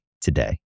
today